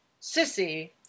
Sissy